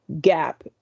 gap